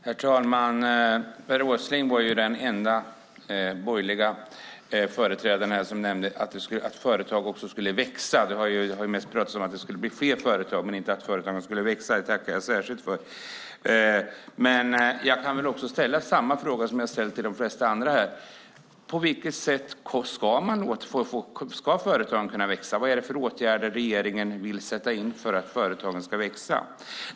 Herr talman! Per Åsling var den enda borgerliga företrädaren som nämnde att företag skulle växa. Det har mest talats om att det ska bli fler företag men inte att företagen ska växa, och det tackar jag särskilt för. Jag kan ställa samma fråga som jag ställt till de flesta andra här. På vilket sätt ska företagen kunna växa? Vad är det regeringen vill sätta in för att företagen ska växa?